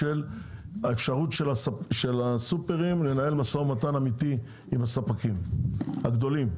והאפשרות של הסופרים לנהל משא ומתן אמיתי עם הספקים הגדולים,